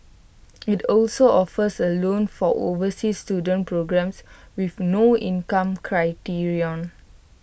IT also offers A loan for overseas student programmes with no income criterion